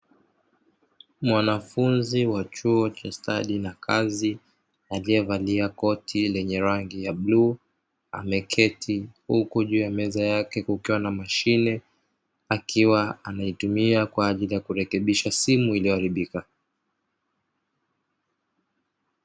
Mwanafunzi wa chuo cha stadi na kazi, aliyevalia koti lenye rangi ya bluu, ameketi huku juu ya meza yake kukiwa na mashine, akiwa anaitumia kwa ajili ya kurekebisha simu iliyoharibika.